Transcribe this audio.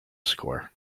score